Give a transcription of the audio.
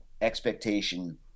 expectation